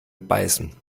beißen